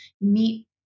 meet